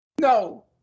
No